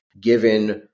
given